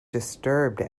disturbed